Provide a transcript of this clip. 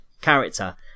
character